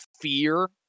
fear